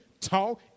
talk